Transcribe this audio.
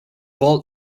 vault